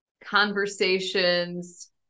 conversations